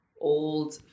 old